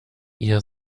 ihr